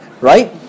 right